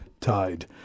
tied